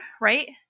right